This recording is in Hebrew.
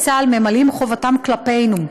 חיילי צה"ל ממלאים חובתם כלפינו,